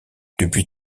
depuis